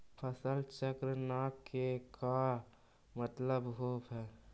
फसल चक्र न के का मतलब होब है?